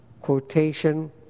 Quotation